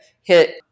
hit